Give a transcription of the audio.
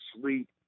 sleep